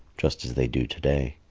just as they do to-day.